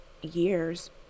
years